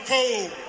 Cold